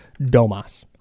DOMAS